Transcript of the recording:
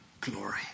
Glory